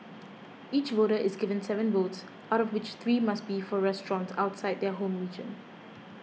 each voter is given seven votes out of which three must be for restaurants outside their home region